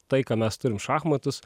tai ką mes turim šachmatus